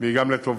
והיא גם לתובלה.